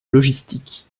logistique